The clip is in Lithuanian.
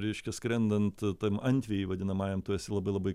reiškia skrendant tam antvėjy vadinamajam tu esi labai labai